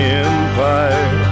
empire